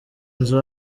inzu